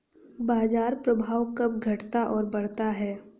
बाजार प्रभाव कब घटता और बढ़ता है?